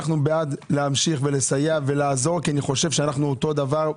אנו בעד להמשיך לסייע כי אנו אותו דבר,